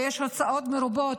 ויש הוצאות מרובות,